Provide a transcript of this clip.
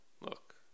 look